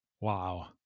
Wow